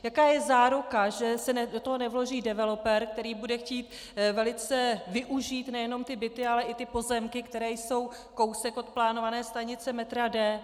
Jaká je záruka, že se do toho nevloží developer, který bude chtít velice využít nejen byty, ale i ty pozemky, které jsou kousek od plánované stanice metra D?